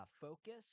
focus